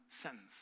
sentence